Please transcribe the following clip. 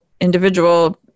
individual